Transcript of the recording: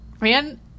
man